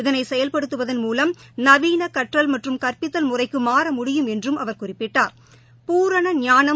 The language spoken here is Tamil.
இதனைசெயவ்படுத்துவதன் மூவம் நவீனகற்றல் மற்றும் கற்பித்தல் முறைக்குமாற முடியும் என்றும் அவர் குறிப்பிட்டா்